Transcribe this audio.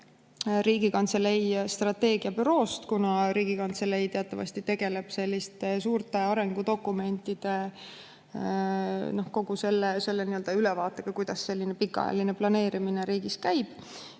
Riigikantselei strateegiabüroost, kuna Riigikantselei teatavasti tegeleb selliste suurte arengudokumentidega, kogu selle ülevaatega, kuidas selline pikaajaline planeerimine riigis käib.